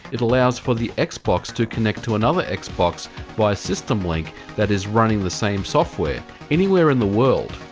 it allows for the xbox to connect to another xbox via system-link, that is running the same software anywhere in the world.